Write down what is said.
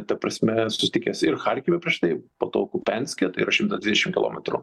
ta prasme susitikęs ir charkive prieš tai po to kupianske tai yra šimtas dvidešimt kilometrų